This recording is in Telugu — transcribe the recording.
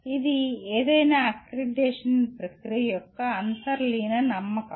ఇది ఏదైనా అక్రిడిటేషన్ ప్రక్రియ యొక్క అంతర్లీన నమ్మకం